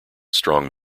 strong